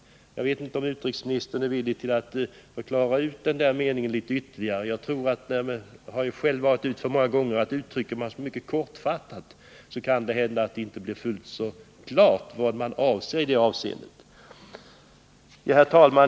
Jag vet inte om utrikesministern är villig att förklara den citerade meningen ytterligare. Uttrycker man sig mycket kortfattat — jag har själv gjort det många gånger — kan det hända att det inte blir fullt klart vad man egentligen avser. Fru talman!